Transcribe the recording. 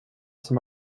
som